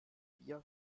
wir